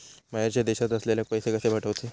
बाहेरच्या देशात असलेल्याक पैसे कसे पाठवचे?